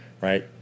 right